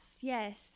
Yes